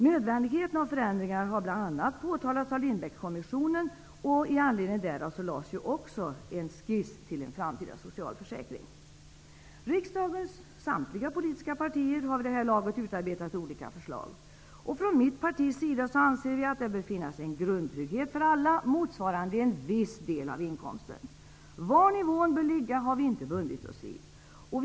Nödvändigheten av förändringar har bl.a. påtalats av Lindbeckkommissionen. I anledning därav lades också fram en skiss till en framtida socialförsäkring. Riksdagens samtliga politiska partier har vid det här laget utarbetat olika förslag. Från mitt partis sida anser vi att det bör finnas en grundtrygghet för alla motsvarande en viss del av inkomsten. Var nivån bör ligga har vi inte bundit oss vid.